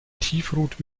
tiefrot